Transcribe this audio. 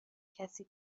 کسی